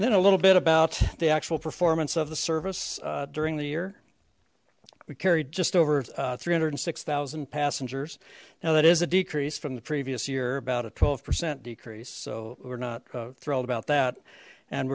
waterfront then a little bit about the actual performance of the service during the year we carried just over three hundred and six thousand passengers now that is a decrease from the previous year about a twelve percent decrease so we were not thrilled about that and